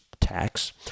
tax